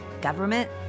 government